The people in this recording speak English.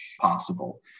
possible